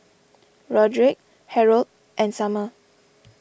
Rodrick Harrold and Summer